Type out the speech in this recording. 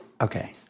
okay